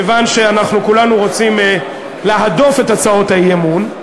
כיוון שאנחנו כולנו רוצים להדוף את הצעות האי-אמון,